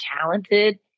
talented